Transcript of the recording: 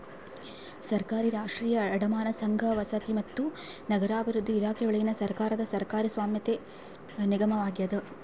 ಸರ್ಕಾರಿ ರಾಷ್ಟ್ರೀಯ ಅಡಮಾನ ಸಂಘ ವಸತಿ ಮತ್ತು ನಗರಾಭಿವೃದ್ಧಿ ಇಲಾಖೆಯೊಳಗಿನ ಸರ್ಕಾರದ ಸರ್ಕಾರಿ ಸ್ವಾಮ್ಯದ ನಿಗಮವಾಗ್ಯದ